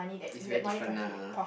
it's very different nah